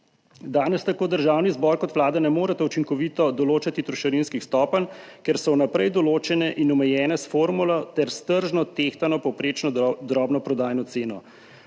Danes tako Državni zbor kot Vlada ne moreta učinkovito določati trošarinskih stopenj, ker so vnaprej določene in omejene s formulo ter s tržno tehtano povprečno drobnoprodajno ceno.